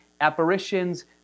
apparitions